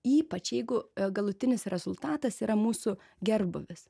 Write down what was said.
ypač jeigu galutinis rezultatas yra mūsų gerbūvis